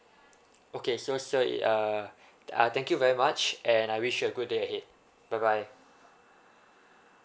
okay so sir uh uh thank you very much and I wish you a good day ahead bye bye